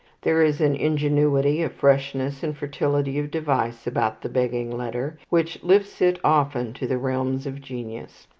there is an ingenuity, a freshness and fertility of device about the begging letter which lifts it often to the realms of genius.